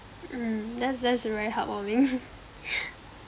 mm that's that's very heartwarming